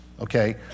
okay